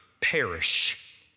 perish